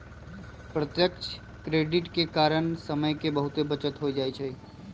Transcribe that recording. प्रत्यक्ष क्रेडिट के कारण समय के बहुते बचत हो जाइ छइ